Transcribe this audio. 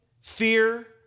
fear